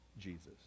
Jesus